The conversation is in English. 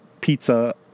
pizza